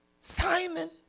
Simon